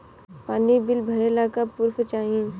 पानी बिल भरे ला का पुर्फ चाई?